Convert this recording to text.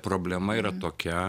problema yra tokia